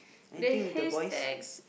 they say stacks